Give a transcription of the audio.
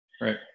right